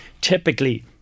typically